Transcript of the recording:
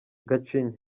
gacinya